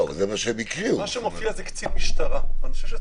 מה שמופיע זה קצין משטרה -- זה מה שהם הקריאו.